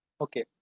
Okay